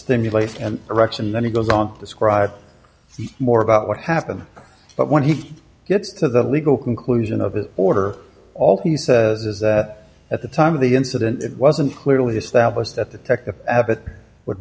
stimulate and erection then he goes on to describe more about what happened but when he gets to the legal conclusion of the order all he says is that at the time of the incident it wasn't clearly established that the tech the abbot would